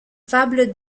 fable